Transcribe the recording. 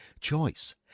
Choice